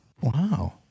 Wow